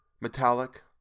metallic